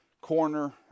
Corner